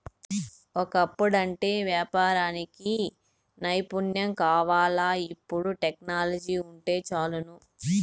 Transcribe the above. ఒకప్పుడంటే యాపారానికి నైపుణ్యం కావాల్ల, ఇపుడు టెక్నాలజీ వుంటే చాలును